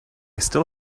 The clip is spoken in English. still